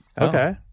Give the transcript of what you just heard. Okay